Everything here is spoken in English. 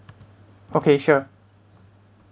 okay sure